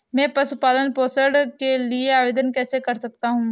मैं पशु पालन पोषण के लिए आवेदन कैसे कर सकता हूँ?